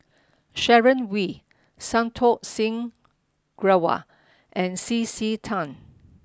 Sharon Wee Santokh Singh Grewal and C C Tan